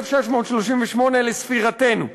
1638 לספירתנו.